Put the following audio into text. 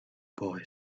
boy